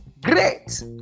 great